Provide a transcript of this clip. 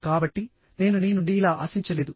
కాబట్టి నేను నీ నుండి ఇలా ఆశించలేదు